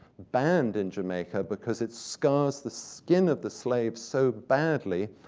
banned in jamaica because it scars the skin of the slaves so badly,